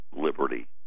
Liberty